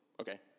okay